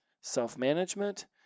self-management